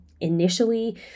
initially